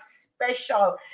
special